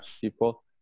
people